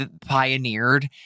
pioneered